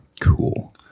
cool